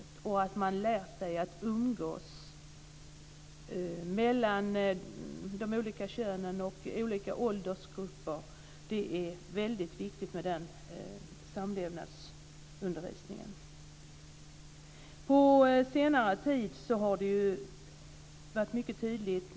Det gäller också att de ska lära sig att umgås mellan könen och mellan olika åldersgrupper. Samlevnadsundervisningen är väldigt viktig. På senare tid har gruppvåldtäkter varit mycket omskrivna.